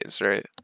right